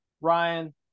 Ryan